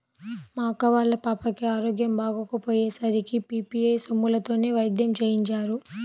మా అక్క వాళ్ళ పాపకి ఆరోగ్యం బాగోకపొయ్యే సరికి పీ.పీ.ఐ సొమ్ములతోనే వైద్యం చేయించారు